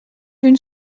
d’une